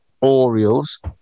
Orioles